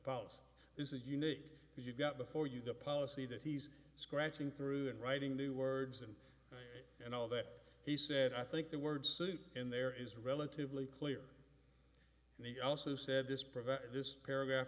policy is the unique you got before you the policy that he's scratching through in writing the words and and all that he said i think the word soup in there is relatively clear and he also said this prevent this paragraph